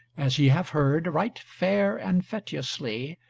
as ye have heard, right fair and feteously,